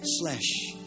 flesh